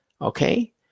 Okay